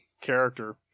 character